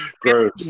Gross